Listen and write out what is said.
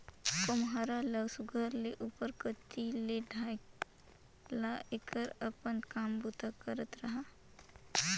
खोम्हरा ल सुग्घर ले उपर कती ले ढाएक ला तेकर अपन काम बूता करत रहा